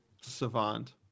Savant